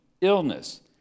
illness